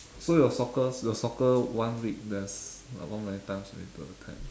so your soccer your soccer one week there's like how many times you need to attend